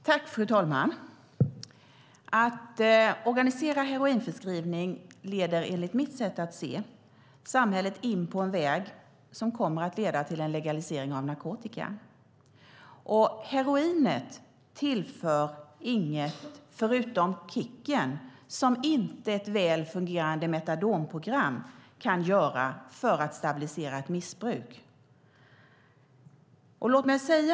Fru talman! Att organisera heroinförskrivning leder enligt mitt sätt att se samhället in på en väg som kommer att leda till en legalisering av narkotika. Heroinet tillför inget förutom kicken som inte ett väl fungerande metadonprogram kan göra för att stabilisera ett missbruk.